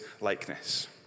likeness